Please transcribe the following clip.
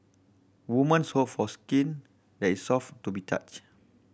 women hope for skin that is soft to be touch